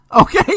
okay